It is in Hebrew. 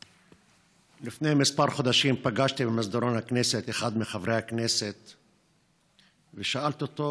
לפני כמה חודשים פגשתי במסדרון הכנסת את אחד מחברי הכנסת ושאלתי אותו: